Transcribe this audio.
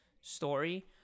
story